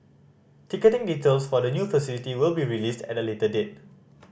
ticketing details for the new facility will be released at a later date